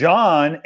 John